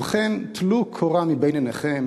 ובכן, טלו קורה מבין עיניכם.